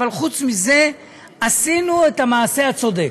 אבל חוץ מזה עשינו את המעשה הצודק.